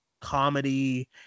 comedy